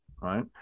right